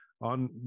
on